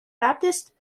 baptist